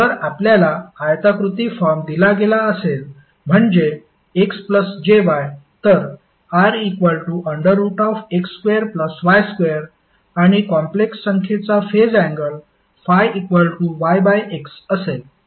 जर आपल्याला आयताकृती फॉर्म दिला गेला असेल म्हणजे xjy तर rx2y2 आणि कॉम्प्लेक्स संख्येचा फेज अँगल ∅yx असेल